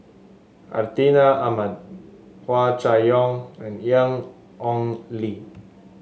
Hartinah Ahmad Hua Chai Yong and Ian Ong Li